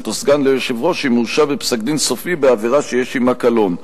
או סגן ליושב-ראש אם הורשע בפסק-דין סופי בעבירה שיש עמה קלון,